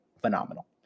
Phenomenal